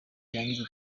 byangiza